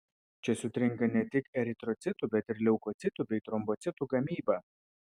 čia sutrinka ne tik eritrocitų bet ir leukocitų bei trombocitų gamyba